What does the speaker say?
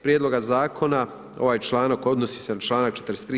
Prijedloga zakona, ovaj članak odnosi se na čl. 43.